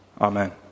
Amen